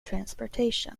transportation